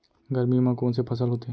गरमी मा कोन से फसल होथे?